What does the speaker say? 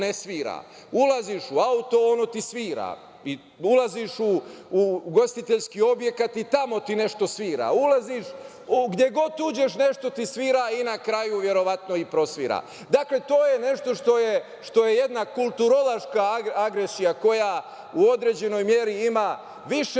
ne svira. Ulaziš u auto ono ti svira, ulaziš u ugostiteljski objekat i tamo ti nešto svira. Gde god uđeš nešto ti svira i na kraju verovatno i prosvira. Dakle, to je nešto što je jedna kulturološka agresija koja u određenoj meri ima više